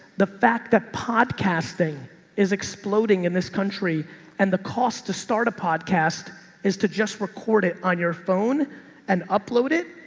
the fact that podcasting is exploding in this country and the cost to start a podcast is to just record it on your phone and upload it.